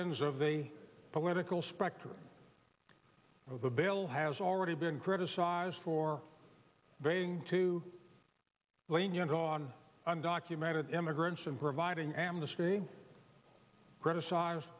ends of the political spectrum of the bill has already been criticized for being too lenient on undocumented immigrants and providing amnesty criticize